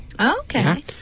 Okay